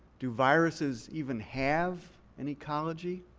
do viruses even have an ecology?